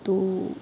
तु